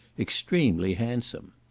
extremely handsome.